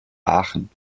aachen